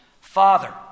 Father